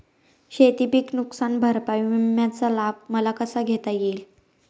शेतीपीक नुकसान भरपाई विम्याचा लाभ मला कसा घेता येईल?